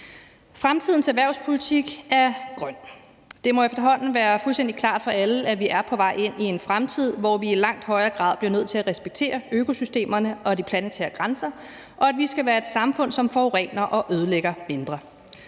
Fremtidens erhvervspolitik er grøn. Det må efterhånden være fuldstændig klart for alle, at vi er på vej ind i en fremtid, hvor vi i langt højere grad bliver nødt til at respektere økosystemerne og de planetære grænser, og at vi skal være et samfund, som forurener og ødelægger mindre.